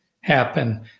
happen